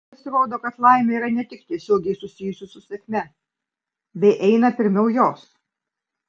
pasirodo kad laimė yra ne tik tiesiogiai susijusi su sėkme bei eina pirmiau jos